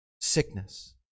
sickness